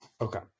Okay